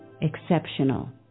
exceptional